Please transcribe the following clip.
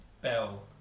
Bell